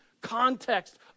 context